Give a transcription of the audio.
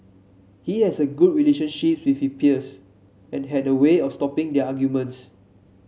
he has a good relationship with he peers and had a way of stopping their arguments